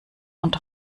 und